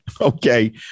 Okay